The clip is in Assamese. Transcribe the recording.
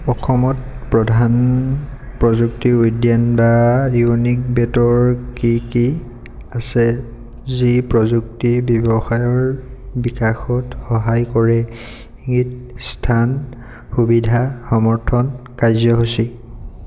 অসমত প্ৰধান প্ৰযুক্তি উদ্যান বা ইনকিউবেটৰ কি কি আছে যি প্ৰযুক্তি ব্যৱসায়ৰ বিকাশত সহায় কৰে সেই স্থান সুবিধা সমৰ্থন কাৰ্যসূচী